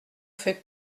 fais